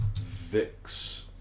VIX